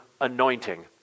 anointing